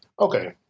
okay